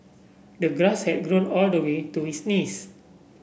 the glass had grown all the way to his knees